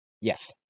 Yes